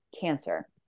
cancer